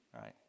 right